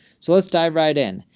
so let's dive right in.